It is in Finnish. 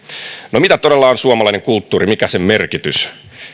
no mitä todella on suomalainen kulttuuri mikä sen merkitys